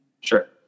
Sure